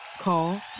Call